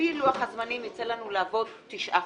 לפי לוח הזמנים, ייצא לנו לעבוד 9 חודשים.